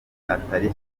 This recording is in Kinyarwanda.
atari